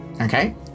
okay